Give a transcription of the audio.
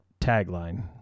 tagline